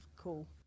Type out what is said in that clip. cool